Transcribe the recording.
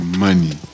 money